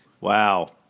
Wow